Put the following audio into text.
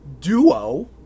duo